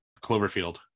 Cloverfield